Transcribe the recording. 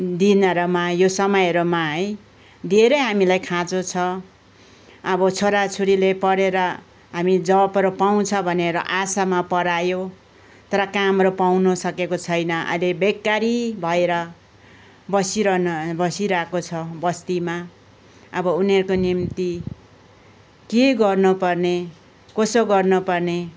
दिनहरूमा यो समयहरूमा है धेरै हामीलाई खाँचो छ अब छोरा छोरीले पढेर हामी जबहरू पाउँछ भनेर आशामा पढायो तर कामहरू पाउँनु सकेको छैन अहिले बेकारी भएर बसिरहन बसिरहेको छ बस्तीमा अब उनीहरको निम्ति के गर्न पर्ने कसो गर्न पर्ने